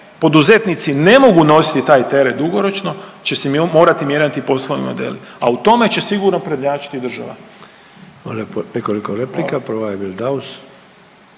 poduzetnici ne mogu nositi taj teret dugoročno, će se morati mijenjati poslovni modeli, a u tome će sigurno prednjačiti država.